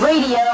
radio